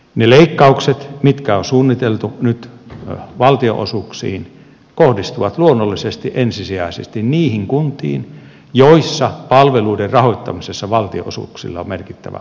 ne leikkaukset mitkä on suunniteltu nyt valtionosuuksiin kohdistuvat luonnollisesti ensisijaisesti niihin kuntiin joissa palveluiden rahoittamisessa valtionosuuksilla on merkittävä osuus